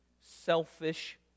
selfish